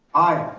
aye.